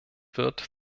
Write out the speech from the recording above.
wird